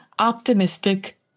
optimistic